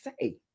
say